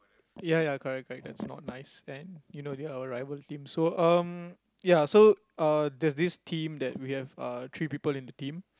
ya ya correct correct that's not nice then you know they are our rival team so um ya so uh there's this team that we have uh three people in the team